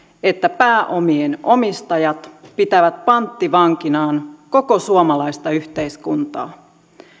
että pääomien omistajat pitävät panttivankinaan koko suomalaista yhteiskuntaa